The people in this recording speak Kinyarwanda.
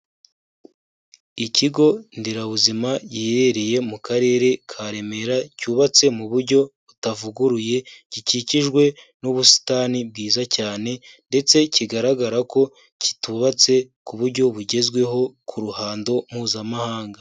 Ikigo nderabuzima giherereye mu Karere ka Remera cyubatse mu buryo butavuguruye, gikikijwe n'ubusitani bwiza cyane ndetse kigaragara ko kitubatse ku buryo bugezweho ku ruhando mpuzamahanga.